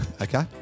okay